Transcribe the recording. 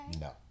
No